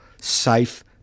safe